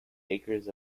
acres